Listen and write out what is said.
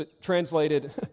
Translated